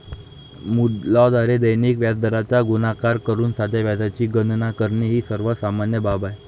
मुद्दलाद्वारे दैनिक व्याजदराचा गुणाकार करून साध्या व्याजाची गणना करणे ही सर्वात सामान्य बाब आहे